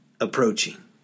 approaching